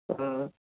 हं